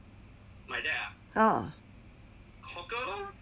ah